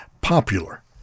popular